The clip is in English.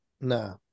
nah